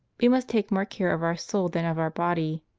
we must take more care of our soul than of our body.